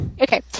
Okay